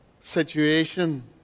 situation